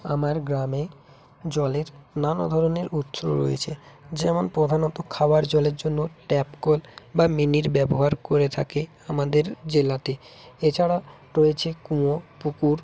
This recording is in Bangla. আমার গ্রামে জলের নানা ধরনের উৎস রয়েছে যেমন প্রধানত খাওয়ার জলের জন্য ট্যাপ কল বা মিনির ব্যবহার করে থাকে আমাদের জেলাতে এছাড়া রয়েছে কুয়ো পুকুর